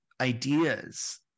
ideas